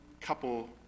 couple